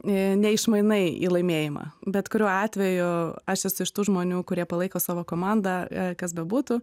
nė neišmanai į laimėjimą bet kuriuo atveju aš esu iš tų žmonių kurie palaiko savo komandą kas bebūtų